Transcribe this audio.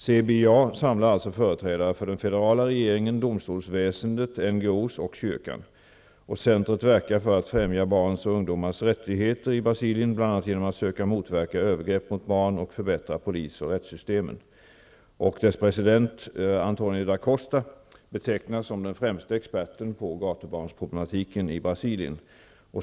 CBIA samlar alltså företrädare för den federala regeringen, domstolsväsendet, NGO:s och kyrkan. Centret verkar för att främja barns och ungdomars rättigheter i Brasilien bl.a. genom att söka motverka övergrepp mot barn och förbättra polisoch rättssystemet. Dess president, Antonio da Costa, betecknas som den främste experten på gatubarnsproblematiken i Brasilien.